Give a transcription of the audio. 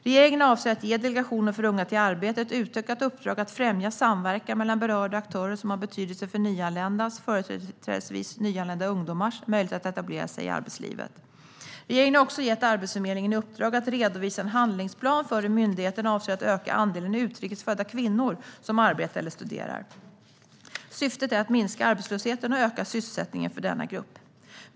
Regeringen avser att ge Delegationen för unga till arbete ett utökat uppdrag att främja samverkan mellan berörda aktörer som har betydelse för nyanländas, företrädelsevis nyanlända ungdomars, möjlighet att etablera sig i arbetslivet. Regeringen har också gett Arbetsförmedlingen i uppdrag att redovisa en handlingsplan för hur myndigheten avser att öka andelen utrikes födda kvinnor som arbetar eller studerar. Syftet är att minska arbetslösheten och öka sysselsättningen för denna grupp.